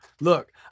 Look